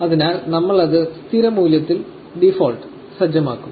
അതിനാൽ നമ്മൾ അത് സ്ഥിര മൂല്യത്തിൽ ഡീഫോൾട് സജ്ജമാക്കും